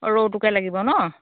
ৰৌটোকে লাগিব ন